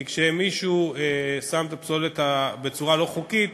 כי כשמישהו שם את הפסולת בצורה לא חוקית